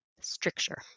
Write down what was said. stricture